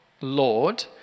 Lord